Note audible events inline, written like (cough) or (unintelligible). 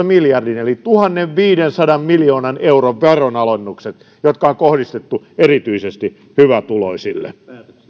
(unintelligible) miljardin eli tuhannenviidensadan miljoonan euron veronalennukset jotka on kohdistettu erityisesti hyvätuloisille